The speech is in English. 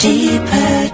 Deeper